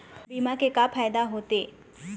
बीमा के का फायदा होते?